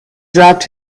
dropped